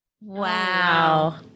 Wow